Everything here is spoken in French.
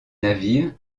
navires